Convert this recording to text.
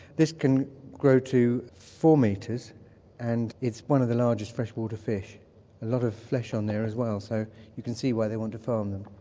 this can grow to four metres and it's one of the largest freshwater fish, a lot of flesh on there as well, so you can see why they want to farm them.